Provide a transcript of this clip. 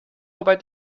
about